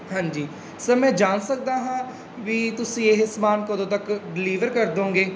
ਹਾਂਜੀ ਸਰ ਮੈਂ ਜਾਣ ਸਕਦਾ ਹਾਂ ਵੀ ਤੁਸੀਂ ਇਹ ਸਮਾਨ ਕਦੋਂ ਤੱਕ ਡਿਲੀਵਰ ਕਰ ਦੋਂਗੇ